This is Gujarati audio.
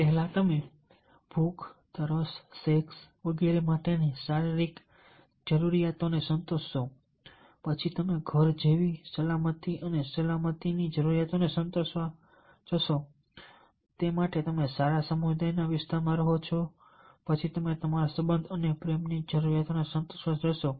પહેલા તમે ભૂખ તરસ સેક્સ વગેરે માટેની શારીરિક જરૂરિયાતોને સંતોષશો પછી તમે ઘર જેવી સલામતી અને સલામતીની જરૂરિયાતોને સંતોષવા જશો સારા સમુદાયના વિસ્તારમાં રહો છો પછી તમે તમારા સંબંધ અને પ્રેમની જરૂરિયાતોને સંતોષવા જશો